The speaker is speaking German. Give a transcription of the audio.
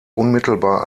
unmittelbar